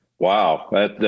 Wow